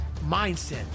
mindset